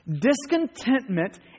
Discontentment